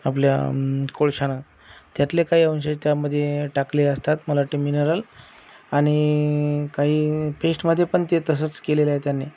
आपल्या कोळशानं त्यातले काही अंश त्यामधे टाकले असतात मला वाटतं मिनरल आणि काही पेस्टमधे पण ते तसंच केलेलं आहे त्यांनी